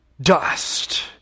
dust